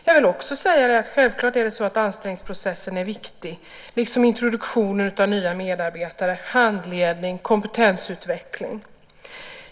Jag vill också säga att anställningsprocessen självklart är viktig, liksom introduktion av nya medarbetare, handledning och kompetensutveckling.